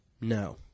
No